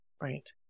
Right